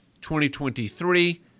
2023